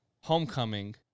Homecoming